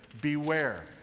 beware